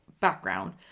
background